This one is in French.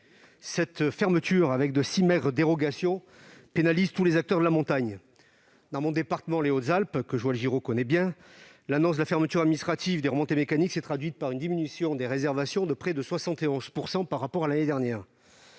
Cette fermeture, compensée par de très maigres dérogations, pénalise tous les acteurs de la montagne. Dans mon département des Hautes-Alpes, que Joël Giraud connaît bien, l'annonce de la fermeture administrative des remontées mécaniques s'est traduite par une diminution des réservations de près de 71 % par rapport à l'année dernière.